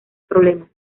problemas